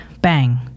bang